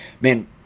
man